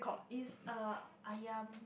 is a Ayam